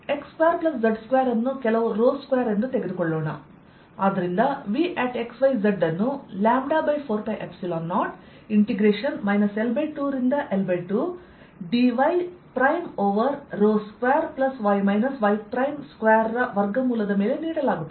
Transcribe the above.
ಆದ್ದರಿಂದ Vx y z ಅನ್ನು λ4π0 integration L2 ರಿಂದ L2 dyಓವರ್ 2y y2ರ ವರ್ಗಮೂಲದ ಮೇಲೆ ನೀಡಲಾಗುತ್ತದೆ